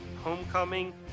Homecoming